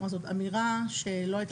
זאת אמירה שלא הייתה קודם.